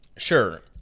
Sure